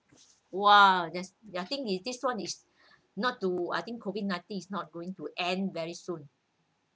!wah! that's they're think this one is not to I think COVID nineteen is not going to end very soon